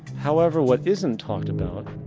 however, what isn't talked about,